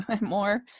more